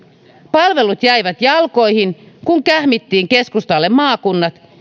palvelut jäivät jalkoihin kun kähmittiin keskustalle maakunnat